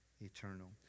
Eternal